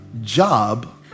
job